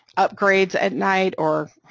upgrades at night, or,